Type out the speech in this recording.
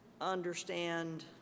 understand